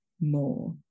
more